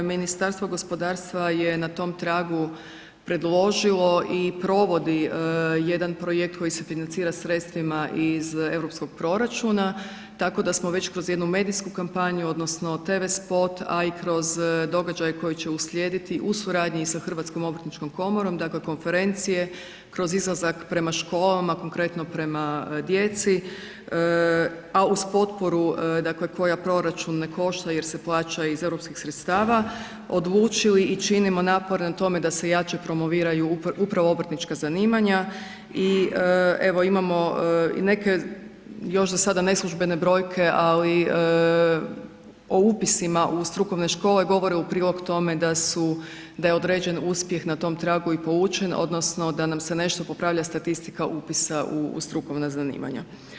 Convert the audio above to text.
Ministarstvo gospodarstva je na tom tragu predložilo i provodi jedan projekt koji se financira sredstva iz europskog proračuna, tako da smo već kroz jednu medijsku kampanju odnosno tv spot a i kroz događaje koji će uslijediti u suradnji i sa Hrvatskom obrtničkom komorom dakle konferencije kroz izlazak prema školama, konkretno prema djeci a uz potporu dakle koja proračun ne košta jer se plaća iz europskih sredstava, odlučili i činimo napore na tome da se jače promoviraju upravo obrtnička zanimanja i evo imamo neke još za sada neslužbene brojke ali o upisima u strukovne škole govore u prilog tome da je određen uspjeh na tom tragu i polučen odnosno da nam se nešto popravlja statistika upisa u strukovna zanimanja.